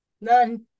None